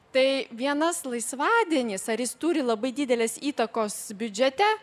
tai vienas laisvadienis ar jis turi labai didelės įtakos biudžete